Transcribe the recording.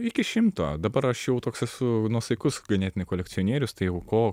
iki šimto dabar aš jau toks esu nuosaikus ganėtinai kolekcionierius tai jau ko